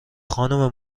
خانم